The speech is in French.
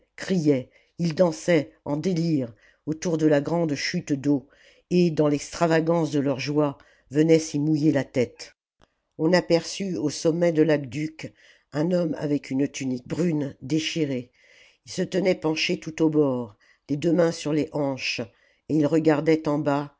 criaient ils dansaient en délire autour de la grande chute d'eau et dans l'extravagance de leur joie venaient s'y mouiller la tête on aperçut au sommet de l'aqueduc un homme avec une tunique brune déchirée ii se tenait penché tout au bord les deux mains sur les hanches et il regardait en bas